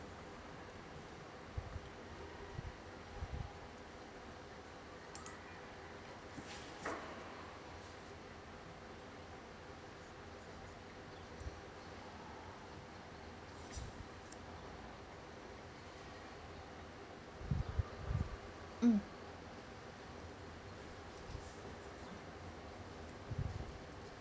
mm